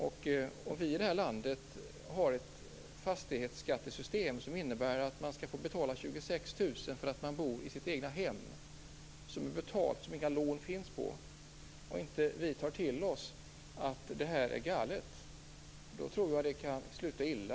Om vi här i landet har ett fastighetsskattesystem som innebär att man skall betala 26 000 kr för att bo i sitt egnahem, som är betalt och som man inte har något lån på och vi inte tar till oss att detta är galet, tror jag att det kan sluta illa.